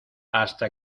hasta